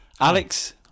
Alex